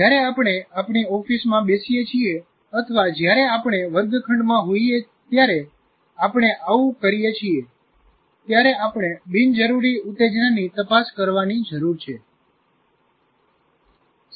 જ્યારે આપણે આપણી ઓફિસમાં બેસીએ છીએ અથવા જ્યારે આપણે વર્ગખંડમાં હોઈએ ત્યારે આપણે આવું કરીએ છીએ ત્યારે આપણે બિનજરૂરી ઉત્તેજનાની તપાસ કરવાની જરૂર છે અને તે પણ જરૂરી છે